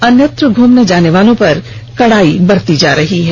अन्यत्र घूमने जानेवालों पर कड़ाई बरती जा रही है